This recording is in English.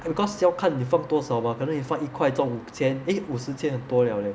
because 要看你放多少 mah 可能你放一块中五千 eh 五十千很多了 leh